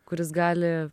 kuris gali